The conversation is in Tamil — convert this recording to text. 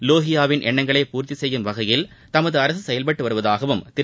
லோகியாவின் எண்ணங்களை பூர்த்தி செய்யும் வகையில் தமது அரசு செயல்டட்டு வருவதாகவும் திரு